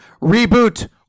Reboot